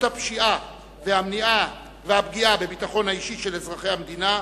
הפשיעה והפגיעה בביטחון האישי של אזרחי המדינה,